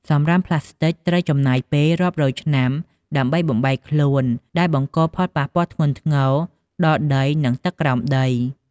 សំរាមប្លាស្ទិកត្រូវចំណាយពេលរាប់រយឆ្នាំដើម្បីបំបែកខ្លួន ដែលបង្កផលប៉ះពាល់ធ្ងន់ធ្ងរដល់ដី និងទឹកក្រោមដី។